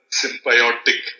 symbiotic